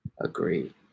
agree